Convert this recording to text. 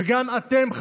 וגם אתם,